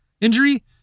injury